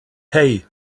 hey